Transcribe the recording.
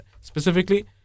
Specifically